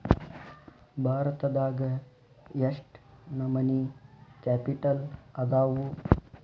ಭಾರತದಾಗ ಯೆಷ್ಟ್ ನಮನಿ ಕ್ಯಾಪಿಟಲ್ ಅದಾವು?